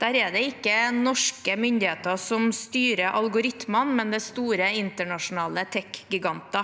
Der er det ikke norske myndigheter som styrer algoritmene, men store internasjonale tekgiganter.